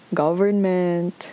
government